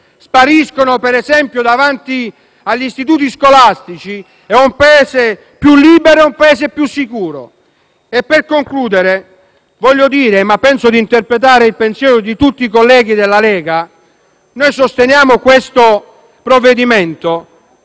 spariscono, per esempio, davanti agli istituti scolastici, il Paese è più libero e più sicuro. Per concludere voglio dire, ritenendo di interpretare il pensiero di tutti i colleghi della Lega, che noi non sosteniamo questo provvedimento